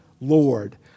Lord